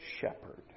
shepherd